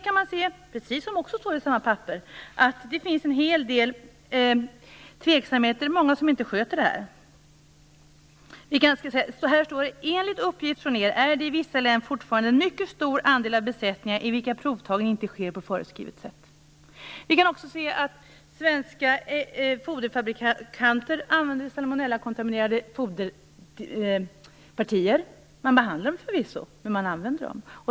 Man kan se att det finns en hel del tveksamheter; det står också i detta papper. Många sköter inte det här. Enligt uppgifter från er är det i vissa län fortfarande en mycket stor andel av besättningarna i vilka provtagning inte sker på föreskrivet sätt. Vi kan också se att svenska foderfabrikanter använder salmonellakontaminerade foderpartier. Man behandlar dem förvisso, men man använder dem.